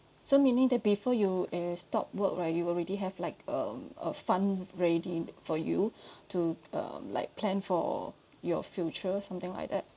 so meaning that before you err stop work right you already have like um a fund ready for you to um like plan for your future something like that